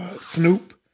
Snoop